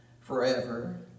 forever